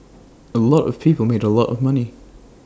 A lot of people made A lot of money